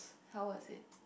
how was it